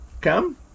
Come